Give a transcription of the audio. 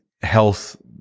health